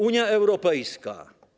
Unia Europejska.